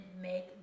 make